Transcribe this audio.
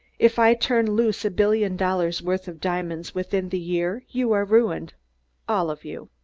if i turn loose a billion dollars' worth of diamonds within the year you are ruined all of you.